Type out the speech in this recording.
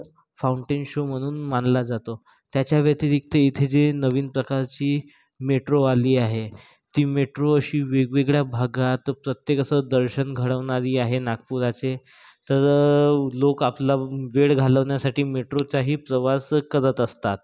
fountain show म्हणून मानला जातो त्याच्या व्यतिरिक्त इथे जी नवीन प्रकारची मेट्रो आली आहे ती मेट्रो अशी वेगवेगळ्या भागात प्रत्येक असं दर्शन घडवणारी आहे नागपूरचे तर लोक आपला वेळ घालवण्यासाठी मेट्रोचाही प्रवास करत असतात